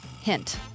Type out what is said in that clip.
Hint